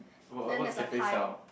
then there's a pie